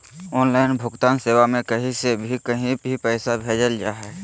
online भुगतान सेवा में कही से भी कही भी पैसा भेजल जा हइ